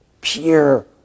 pure